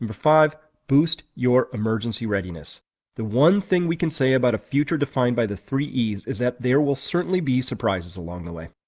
um but five. boost your emergency readiness the one thing we can say about a future defined by the three es is that there will certainly be surprises along the way.